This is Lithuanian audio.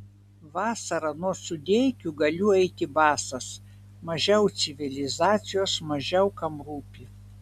vasarą nuo sudeikių galiu eiti basas mažiau civilizacijos mažiau kam rūpi